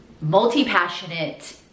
multi-passionate